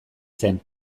zen